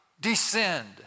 descend